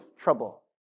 trouble